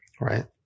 right